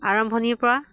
আৰম্ভণিৰ পৰা